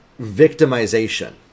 victimization